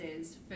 says